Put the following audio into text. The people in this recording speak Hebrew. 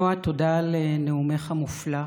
נעה, תודה על נאומך המופלא,